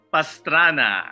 Pastrana